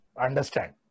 understand